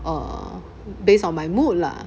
err based on my mood lah